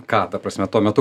ką ta prasme tuo metu